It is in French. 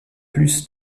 plus